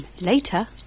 later